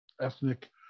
ethnic